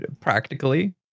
practically